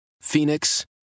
Phoenix